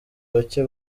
bacye